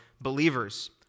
believers